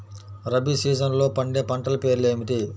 రబీ సీజన్లో పండే పంటల పేర్లు ఏమిటి?